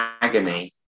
agony